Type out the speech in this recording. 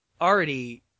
already